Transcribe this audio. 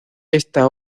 esta